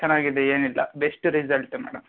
ಚೆನ್ನಾಗಿದೆ ಏನಿಲ್ಲ best result madam